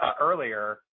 earlier